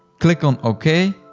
click on okay.